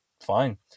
fine